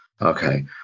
Okay